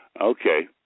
Okay